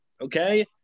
Okay